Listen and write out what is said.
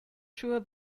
sure